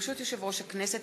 ברשות יושב-ראש הכנסת,